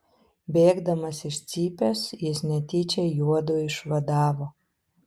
bėgdamas iš cypės jis netyčia juodu išvadavo